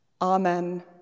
Amen